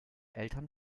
eltern